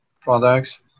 products